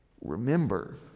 Remember